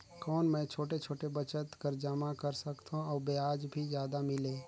कौन मै छोटे छोटे बचत कर जमा कर सकथव अउ ब्याज भी जादा मिले?